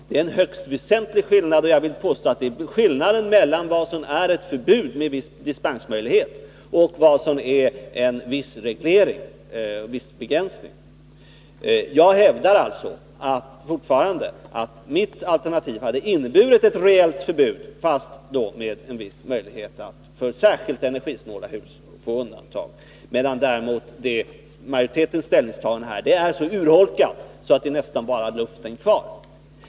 Det är en väsentlig skillnad, och jag vill påstå att det är skillnaden mellan vad som är ett förbud med viss dispensmöjlighet och vad som är en viss begränsning. Jag hävdar alltså fortfarande att mitt alternativ hade inneburit ett reellt förbud fast då med en viss möjlighet att göra undantag för särskilt energisnåla hus, medan däremot majoritetens ställningstagande här är så urholkat att det är nästan bara luften kvar.